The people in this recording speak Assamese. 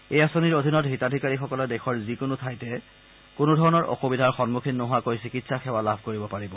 এই আঁচনিৰ অধীনত হিতাধিকাৰীসকলে দেশৰ যিকোনো ঠাইতে কোনোধৰণৰ অসুবিধাৰ সন্মুখীন নোহোৱাকৈ চিকিৎসা সেৱা লাভ কৰিব পাৰি